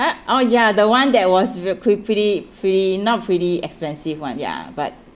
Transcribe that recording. !huh! oh ya the one that was we~ pre~ pretty pretty not pretty expensive one ya but